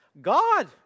God